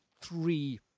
three